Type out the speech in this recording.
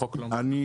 החוק לא מאפשר.